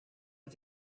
mit